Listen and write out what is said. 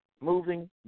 moving